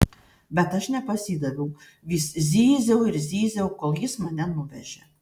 bet aš nepasidaviau vis zyziau ir zyziau kol jis mane nuvežė